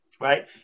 right